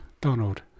Donald